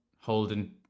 holding